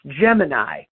Gemini